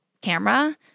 camera